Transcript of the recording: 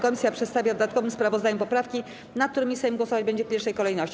Komisja przedstawia w dodatkowym sprawozdaniu poprawki, nad którymi Sejm głosować będzie w pierwszej kolejności.